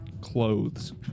Clothes